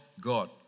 God